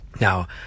Now